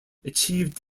achieved